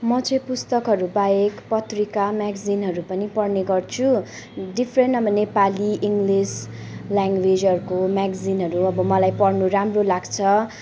म चाहिँ पुस्तकहरू बाहेक पत्रिका म्याग्जिनहरू पनि पढ्ने गर्छु डिफ्रेन्ट अब नेपाली इङ्लिस ल्याङ्गवेजहरूको म्याग्जिनहरू अब मलाई पढ्नु राम्रो लाग्छ